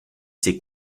ses